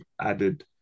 added